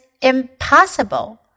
impossible